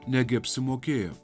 negi apsimokėjo